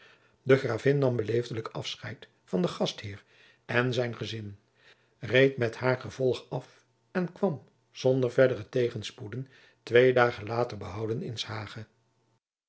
de gravin nam beleefdelijk afscheid van den gastheer en zijn gezin reed met haar gevolg af en kwam zonder verdere tegenspoeden twee dagen later behouden in